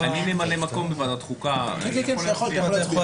אני ממלא מקום בוועדת החוקה --- אתה יכול להצביע.